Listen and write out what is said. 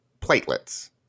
platelets